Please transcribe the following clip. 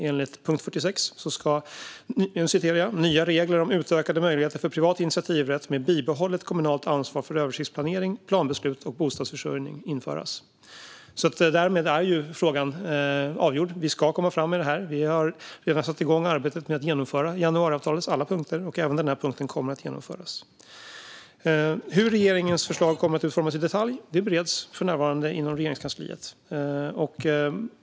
Enligt punkt 46 ska nya regler om utökade möjligheter för privat initiativrätt med bibehållet kommunalt ansvar för översiktsplanering, planbeslut och bostadsförsörjning införas. Därmed är frågan avgjord. Vi ska komma fram med det här. Vi har redan satt igång arbetet med att genomföra januariavtalets alla punkter, och även den här punkten kommer att genomföras. Hur regeringens förslag kommer att utformas i detalj bereds för närvarande inom Regeringskansliet.